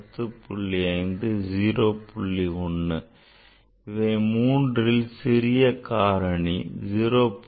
1 இவை மூன்றில் சிறிய காரணி 0